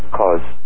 cause